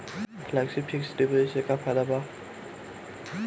Flexi fix deposit से का फायदा भा?